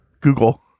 Google